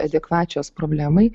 adekvačios problemai